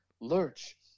Lurch